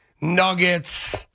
Nuggets